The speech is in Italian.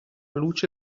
luce